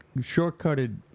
short-cutted